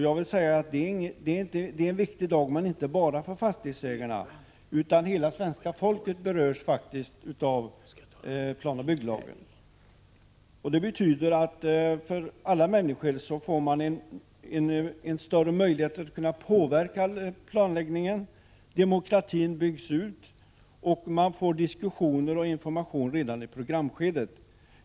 Ja, men inte bara för fastighetsägarna, utan hela svenska folket berörs faktiskt av planoch bygglagen. Alla människor får större möjlighet att påverka planläggningen. Demokratin byggs ut och det blir möjligt att ha diskussioner och information redan i programskedet.